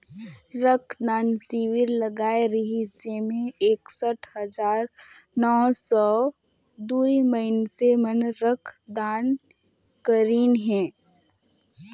रक्त दान सिविर लगाए रिहिस जेम्हें एकसठ हजार नौ सौ दू मइनसे मन हर रक्त दान करीन हे